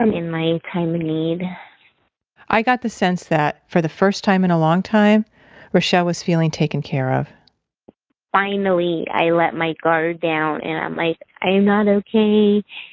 in my time of need i got the sense that for the first time in a long time, reshell was feeling taken care of finally, i let my guard down and i'm like, i am not okay.